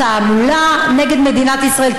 תעמולה נגד מדינת ישראל,